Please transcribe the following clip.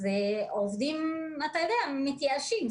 עובדים מתייאשים.